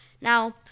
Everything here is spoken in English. Now